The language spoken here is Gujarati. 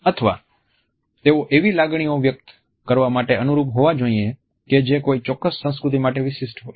અથવા તેઓ એવી લાગણીઓ વ્યક્ત કરવા માટે અનુરૂપ હોવો જોઈએ કે જે કોઈ ચોક્કસ સંસ્કૃતિ માટે વિશિષ્ટ હોય